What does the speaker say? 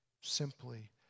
simply